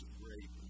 great